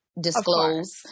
disclose